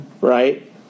Right